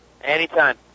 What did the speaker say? Anytime